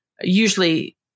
Usually